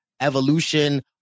evolution